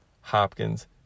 Hopkins